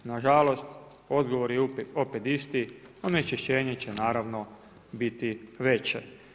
Nažalost, odgovor je opet isti, onečišćenje će naravno biti veće.